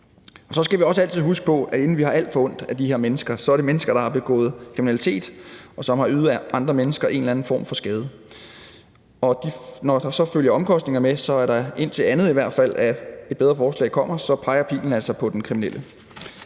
Så skal vi også altid huske på, inden vi får alt for ondt af disse mennesker, at det er mennesker, der har begået kriminalitet, og som har påført andre mennesker en eller anden form for skade. Når der så følger omkostninger med, peger pilen altså – i hvert fald indtil et andet og bedre forslag kommer – på den kriminelle.